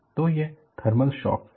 तो यह thermal shock है